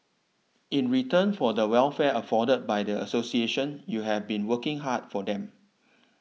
in return for the welfare afforded by the association you have been working hard for them